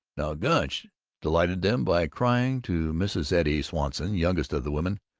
now gunch delighted them by crying to mrs. eddie swanson, youngest of the women,